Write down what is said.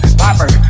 popper